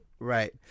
Right